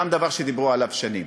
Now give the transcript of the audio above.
גם דבר שדיברו עליו שנים.